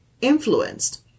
influenced